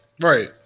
Right